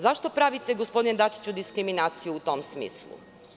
Zašto pravite, gospodine Dačiću, diskriminaciju u tom smislu?